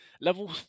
Level